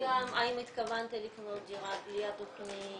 'האם התכוונת לקנות דירה בלי התכנית?'